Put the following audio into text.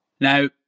Now